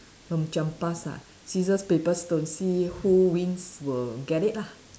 lom-chiam-pas ah scissors paper stone see who wins will get it lah